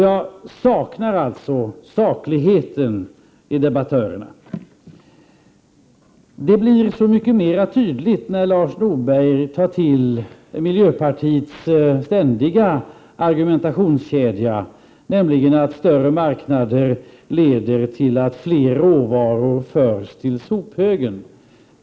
Jag saknar alltså sakligheten hos debattörerna. Den blir så mycket tydligare när Lars Norberg tar till miljöpartiets ständiga argumentationskedja, nämligen att större marknader leder till att fler råvaror förs till sophögen.